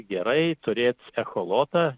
gerai turėt echolotą